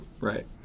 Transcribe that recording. right